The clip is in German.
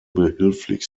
behilflich